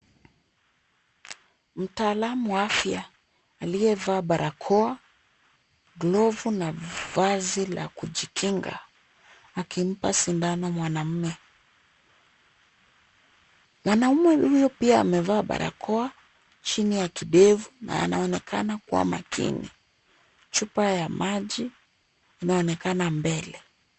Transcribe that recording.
Mtaalamu wa afya aliyevaa barakoa, glovu na vazi la kujikinga akimpa sindano mwanaume. Mwanaume huyo pia amevaa barakoa chini ya kidevu na anaonekana kuwa makini. Chupa ya maji inaonekana mbele.